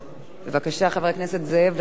בבקשה, חבר הכנסת זאב, לרשותך שלוש דקות.